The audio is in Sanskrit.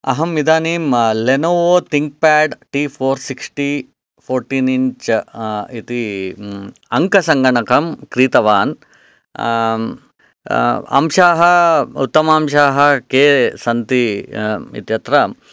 अहं इदानीं Lenovo ThinkPad T four sixty fourteen inch इति अङ्कसङ्गणकं क्रीतवान् अंशाः उत्तमांशाः के सन्ति इत्यत्र